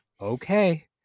okay